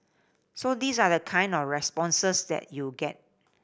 so these are the kind of responses that you'd get